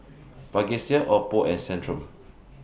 Vagisil Oppo and Centrum